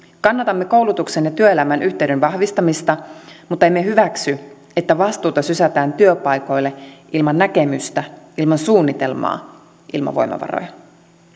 kannatamme koulutuksen ja työelämän yhteyden vahvistamista mutta emme hyväksy että vastuuta sysätään työpaikoille ilman näkemystä ilman suunnitelmaa ilman voimavaroja